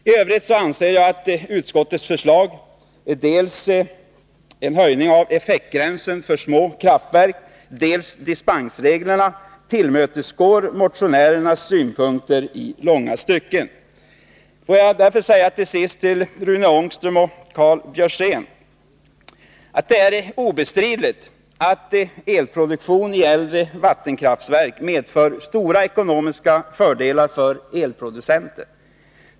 I övrigt anser jag att utskottets förslag — dels höjning av effektgränsen för små kraftverk, dels dispensreglerna — tillmötesgår motionärernas synpunkter i långa stycken. Jag vill därför säga till Rune Ångström och Karl Björzén att det är obestridligt att elproduktion i äldre vattenkraftverk medför stora ekonomiska fördelar för elproducenterna.